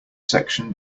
section